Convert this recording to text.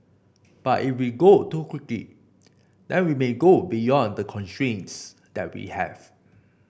but if we go too quickly then we may go beyond the constraints that we have